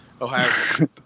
Ohio